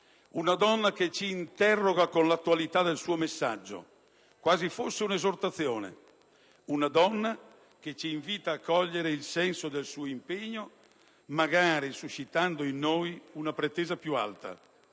Una donna che ci interroga con l'attualità del suo messaggio, quasi fosse un'esortazione; una donna che ci invita a cogliere il senso del suo impegno, magari suscitando in noi una pretesa più alta,